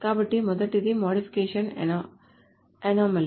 కాబట్టి మొదటిది modification anomaly